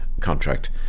contract